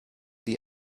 die